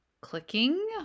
clicking